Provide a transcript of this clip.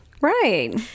Right